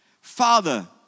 Father